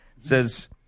says